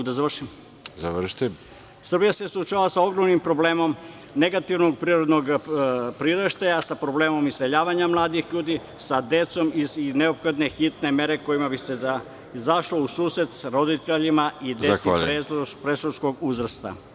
Srbija se suočava sa ogromnim problemom negativnog prirodnog priraštaja, sa problemom iseljavanja mladih ljudi sa decom i neophodne su hitne mere sa kojima bi se izašlo u susret roditeljima i deci predškolskog uzrasta.